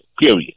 period